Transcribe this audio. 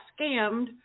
scammed